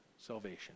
salvation